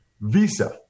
Visa